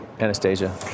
Anastasia